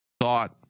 thought